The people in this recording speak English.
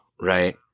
right